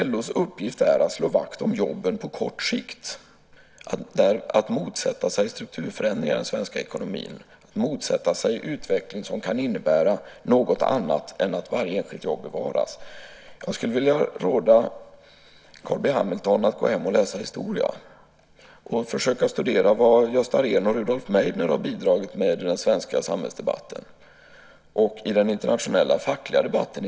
LO:s uppgift skulle alltså vara att slå vakt om jobben på kort sikt och motsätta sig strukturförändringar i den svenska ekonomin och utveckling som kan innebära något annat än att varje enskilt jobb bevaras. Jag skulle vilja råda Carl B Hamilton att gå hem och läsa historia och försöka studera vad Gösta Rehn och Rudolf Meidner har bidragit med i den svenska samhällsdebatten och inte minst i den internationella fackliga debatten.